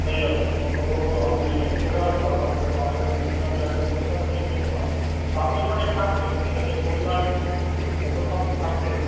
হয়ে যাবে ওকে বলবো আমি চলে আসবো আমার তো আরেকটা মিটিং আছে অ্যাটেন্ড করতে হবে তিনটের সময় আপনি ওখানে থাকবেন ঠিক আছে কল্যাণ যতক্ষণ থাকে